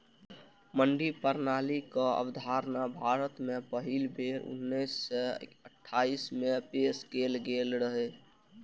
मंडी प्रणालीक अवधारणा भारत मे पहिल बेर उन्नैस सय अट्ठाइस मे पेश कैल गेल रहै